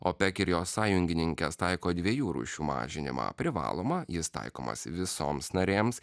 opec ir jos sąjungininkės taiko dviejų rūšių mažinimą privalomą jis taikomas visoms narėms